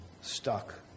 stuck